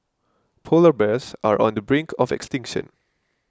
Polar Bears are on the brink of extinction